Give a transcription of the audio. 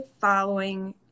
following